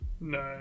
No